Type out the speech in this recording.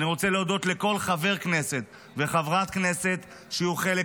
אני רוצה להודות לכל חבר הכנסת וחברת הכנסת שיהיו חלק